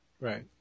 Right